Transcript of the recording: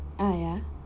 ah ya